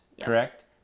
correct